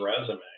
resume